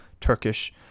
Turkish